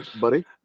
buddy